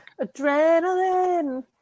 Adrenaline